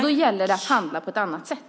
Då gäller det att handla på ett annat sätt.